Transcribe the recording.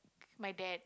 my dad